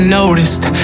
noticed